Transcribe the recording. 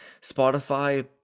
spotify